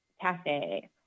cafe